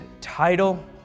title